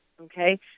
Okay